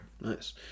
Nice